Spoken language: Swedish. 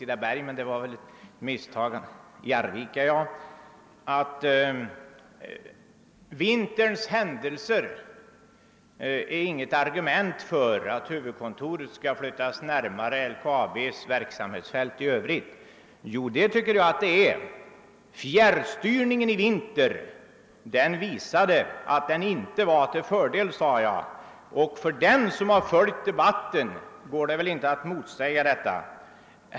Vidare sade herr Lindholm att vinterns händelser inte är något argument för att huvudkontoret bör flyttas när mare LKAB:s verksamhetsfält i övrigt. Det tycker jag att de är. Utvecklingen i vintras visade att fjärrstyrningen inte var till fördel, sade jag i mitt tidigare anförande, och den som har följt debatten kan inte motsätta sig det påståendet.